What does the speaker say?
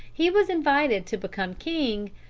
he was invited to become king,